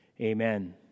Amen